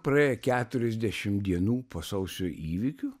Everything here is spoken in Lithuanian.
praėję keturiasdešim dienų po sausio įvykių